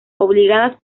obligadas